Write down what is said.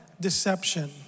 deception